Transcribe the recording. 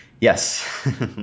yes